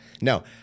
no